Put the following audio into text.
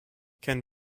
can